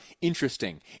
interesting